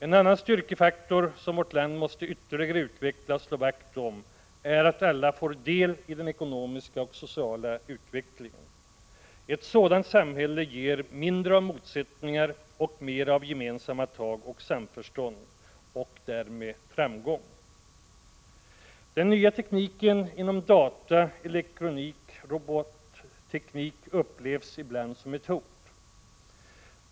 En annan styrkefaktor som vårt land måste ytterligare utveckla och slå vakt om är att alla får del i den ekonomiska och sociala utvecklingen. Ett sådant samhälle ger mindre av motsättningar och mera av gemensamma tag och samförstånd, och därmed framgång. Den nya tekniken inom data-, elektronikoch industrirobotområdena upplevs ibland som ett hot.